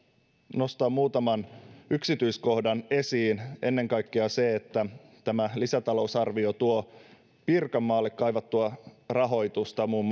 nostaa muutaman yksityiskohdan esiin ennen kaikkea sen että tämä lisätalousarvio tuo pirkanmaalle kaivattua rahoitusta muun